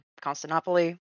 Constantinople